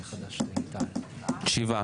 שבעה.